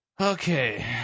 Okay